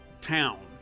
town